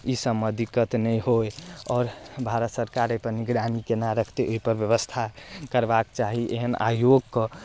ईसब मे दिक्कत नहि होइ आओर भारत सरकार एकर निगरानी केना रखतै ओइपर व्यवस्था करबाक चाही एहन आयोगके